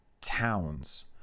towns